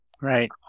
Right